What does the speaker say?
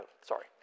sorry